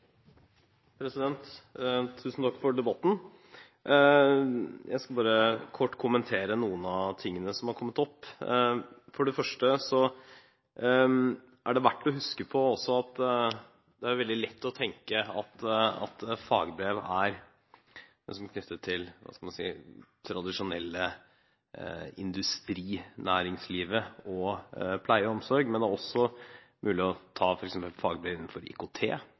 Tusen takk for debatten. Jeg skal bare kort kommentere noe av det som er kommet opp. For det første er det verdt å huske på at det er veldig lett å tenke at et fagbrev er knyttet til – hva skal man si – det tradisjonelle industrinæringslivet og pleie og omsorg. Men det er også mulig å ta fagbrev innenfor f.eks. IKT,